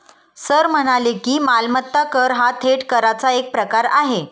sir म्हणाले की, मालमत्ता कर हा थेट कराचा एक प्रकार आहे